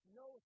no